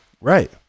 Right